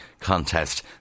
contest